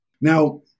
Now